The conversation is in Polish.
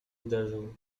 uderzył